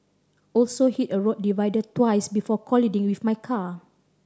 also hit a road divider twice before colliding with my car